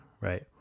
right